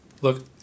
Look